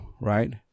right